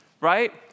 right